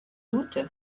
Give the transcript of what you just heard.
doute